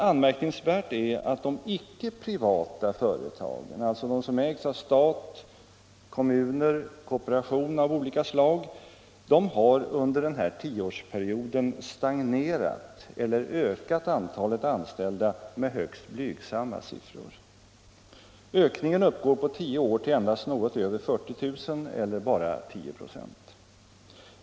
Anmärkningsvärt är att de icke-privata företagen, alltså de som ägs av stat, kommuner eller kooperationer av olika slag, under denna tioårsperiod stagnerat eller ökat antalet anställda med högst blygsamma siffror. Ökningen uppgår på tio år till endast något över 40 000 eller bara 10 96.